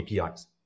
APIs